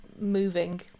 moving